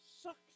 sucks